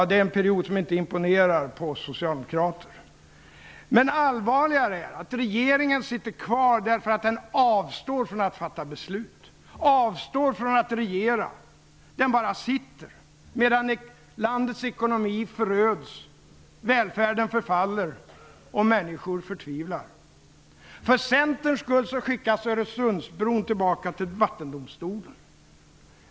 Det är en period som inte imponerar på oss socialdemokrater. Men allvarligare är att regeringen sitter kvar trots att den avstår från att fatta beslut och avstår från att regera. Den bara sitter medan landets ekonomi föröds, välfärden förfaller och människor förtvivlar. För Centerns skull skickas Öresundsbron tillbaka till Vattendomstolen.